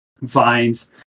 vines